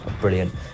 brilliant